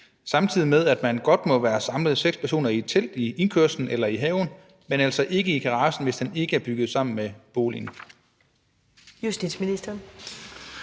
samtidig med at man godt må være samlet seks personer i et telt i indkørslen eller haven, men altså ikke i garagen, hvis den ikke er bygget sammen med boligen? Kl.